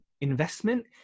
investment